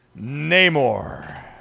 Namor